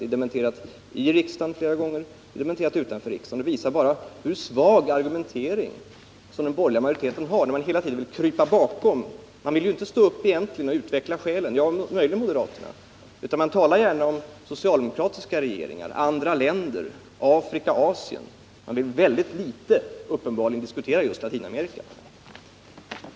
Det har dementerats i riksdagen flera gånger samt även utanför riksdagen. Det visar bara hur svag den borgerliga majoritetens argumentering är, när man hela tiden måste krypa bakom någonting. Man vill inte stå upp och utveckla skälen — ja, möjligen moderaterna. Man talar gärna om socialdemokratiska regeringar, om andra länder samt om Afrika och Asien. Man vill uppenbarligen mycket litet diskutera just Latinamerika.